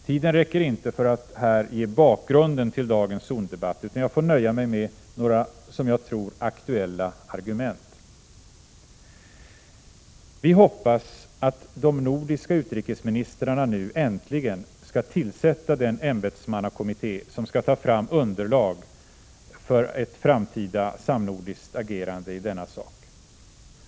Tiden räcker inte för att här ge bakgrunden till dagens zondebatt, utan jag får nöja mig med några, som jag tror, aktuella argument. Vi hoppas att de nordiska utrikesministrarna nu äntligen skall tillsätta den ämbetsmannakommitté som skall ta fram underlag för ett framtida samnordiskt agerande i denna sak.